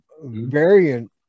variant